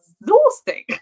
exhausting